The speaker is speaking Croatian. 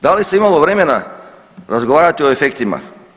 Da li se imalo vremena razgovarati o efektima?